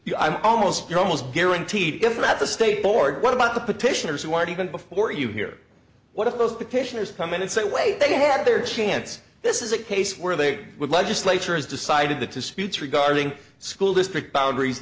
secondly i'm almost you're almost guaranteed given at the state board what about the petitioners who aren't even before you hear what if those petitioners come in and say wait they had their chance this is a case where they would legislature has decided that disputes regarding school district boundaries